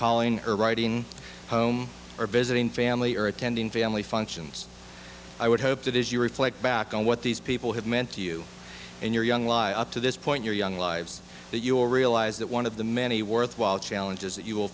calling or writing home or visiting family earth attending family functions i would hope that as you reflect back on what these people have meant to you and your young lives up to this point your young lives that you will realize that one of the many worthwhile challenges that you will